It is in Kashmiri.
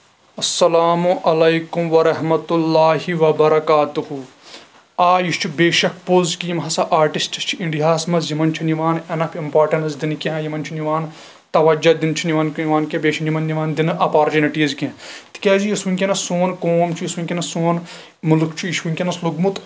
اسلام علیکم ورحمة الله وبركاته آ یہِ چھُ بے شک پوٚز کہِ یِم ہسا آرٹسٹ چھِ اِنٛڈیاہَس منٛز یِمن چھُنہٕ یِوان اٮ۪نف اِمپارٹنٛس دِنہٕ کیٚنٛہہ یِمن چھُنہٕ یِوان تَوجہہ دِنہٕ چھُنہٕ یِوان یِوان کیٚنٛہہ بیٚیہِ چھُنہٕ یِمن یِوان دِنہٕ اپارچٗونٹیٖز کیٚنٛہہ تِکیازِ یُس ؤنٛکیٚنس سون قوم چھُ یُس ؤنٛکینس سون مُلُک چھُ یہِ چھُ ؤنکیٚنس لوٚگمُت